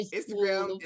Instagram